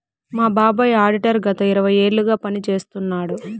మా బాబాయ్ ఆడిటర్ గత ఇరవై ఏళ్లుగా పని చేస్తున్నాడు